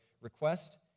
request